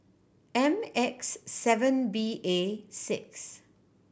M X seven B A six